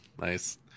nice